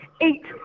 eight